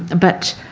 but